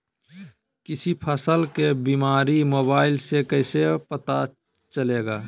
किसी फसल के बीमारी मोबाइल से कैसे पता चलेगा?